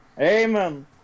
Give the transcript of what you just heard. Amen